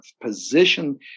position